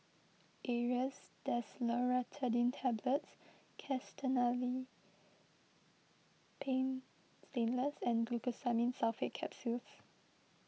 Aerius DesloratadineTablets Castellani's Paint Stainless and Glucosamine Sulfate Capsules